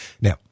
Now